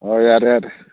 ꯑꯣ ꯌꯥꯔꯦ ꯌꯥꯔꯦ